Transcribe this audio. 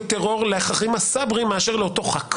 טרור לעכרמה סברי מאשר לאותו חבר כנסת.